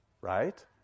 Right